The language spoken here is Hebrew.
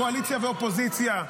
קואליציה ואופוזיציה,